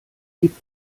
gib